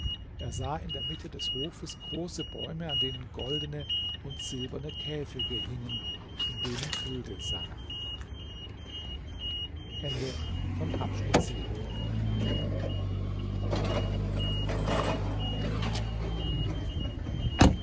er sah in der mitte des hofes große bäume an denen goldene und silberne käfige hingen in denen vögel sangen